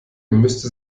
müsste